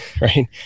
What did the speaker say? Right